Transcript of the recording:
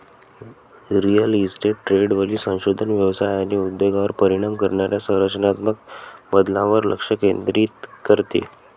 real estate ट्रेंडवरील संशोधन व्यवसाय आणि उद्योगावर परिणाम करणाऱ्या संरचनात्मक बदलांवर लक्ष केंद्रित करते